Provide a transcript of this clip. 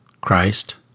Christ